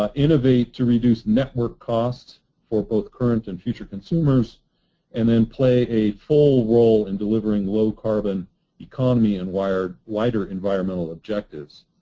um innovate to reduce network costs for both current and future consumers and then play a full role in delivering low-carbon economy and wider wider environmental objectives.